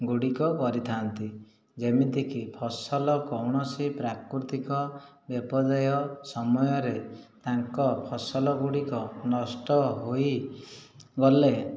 ଗୁଡ଼ିକ କରିଥାନ୍ତି ଯେମିତିକି ଫସଲ କୌଣସି ପ୍ରାକୃତିକ ବିପର୍ଯ୍ୟୟ ସମୟରେ ତାଙ୍କ ଫସଲଗୁଡ଼ିକ ନଷ୍ଟ ହୋଇଗଲେ